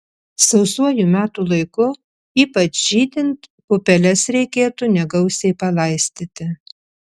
sausuoju metų laiku ypač žydint pupeles reikėtų negausiai palaistyti